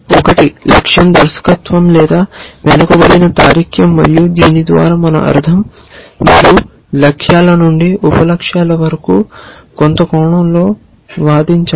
ఒకటి లక్ష్యం దర్శకత్వం లేదా బ్యాక్వర్డ్ రీజనింగ్ మరియు దీని ద్వారా మన అర్థం మీరు లక్ష్యాల నుండి ఉప లక్ష్యాల వరకు కొంత కోణంలో వాదించండి